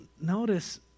notice